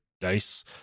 dice